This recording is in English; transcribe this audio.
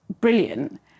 brilliant